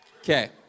Okay